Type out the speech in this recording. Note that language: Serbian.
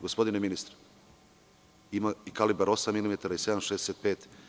Gospodine ministre, imate i kalibar osam milimetara i 765.